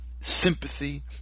sympathy